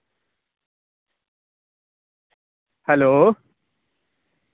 hello